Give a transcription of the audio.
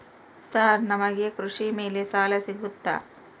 Sir ನಮಗೆ ಕೃಷಿ ಮೇಲೆ ಸಾಲ ಸಿಗುತ್ತಾ?